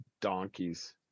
donkeys